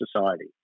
society